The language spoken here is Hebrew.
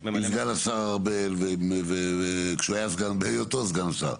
השר ארבל בהיותו סגן שר,